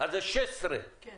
אז זה 16 ויותר,